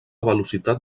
velocitat